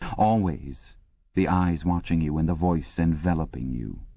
always the eyes watching you and the voice enveloping you.